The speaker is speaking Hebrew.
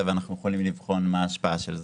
אבל אנחנו יכולים לבחון מה ההשפעה של זה.